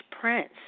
Prince